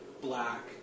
black